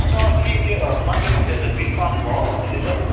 अनि त अस्ति त्यो माथि उसले त बिल पास भयो भन्दै थियो त